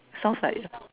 sounds like